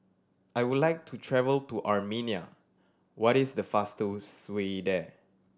I would like to travel to Armenia what is the fastest way there